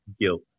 guilt